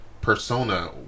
persona